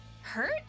hurt